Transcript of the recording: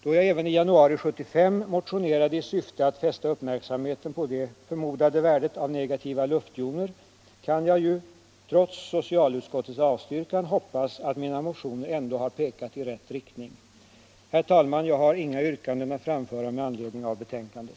Då jag även i januari 1975 motionerade i syfte att fästa uppmärksamheten på det förmodade värdet av negativa luftjoner kan jag ju — trots socialutskottets avstyrkan — hoppas att mina motioner ändå har pekat i rätt riktning. Herr talman! Jag har inga yrkanden att framföra med anledning av betänkandet.